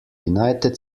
united